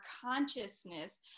consciousness